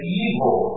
evil